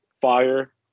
fire